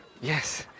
Yes